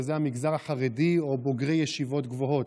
וזה המגזר החרדי או בוגרי ישיבות גבוהות,